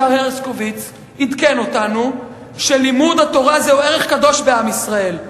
השר הרשקוביץ עדכן אותנו שלימוד התורה זהו ערך קדוש בעם ישראל: